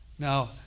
Now